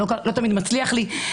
לא תמיד זה מצליח לי.